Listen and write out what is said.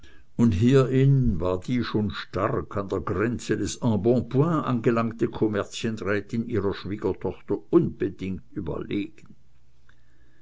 und hierin war die schon stark an der grenze des embonpoint angelangte kommerzienrätin ihrer schwiegertochter unbedingt überlegen